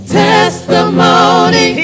testimony